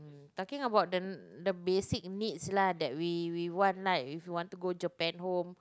talking about the the basic needs lah that we we want lah if we want to go Japan Home